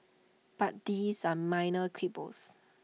but these are minor quibbles